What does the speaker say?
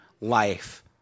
life